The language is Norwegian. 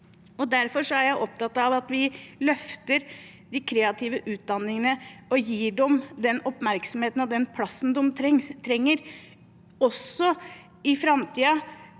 Derfor er jeg opptatt av at vi løfter de kreative utdanningene og gir dem den oppmerksomheten og den plassen de trenger også i framtiden,